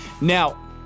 Now